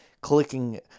clicking